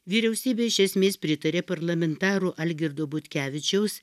vyriausybė iš esmės pritarė parlamentaro algirdo butkevičiaus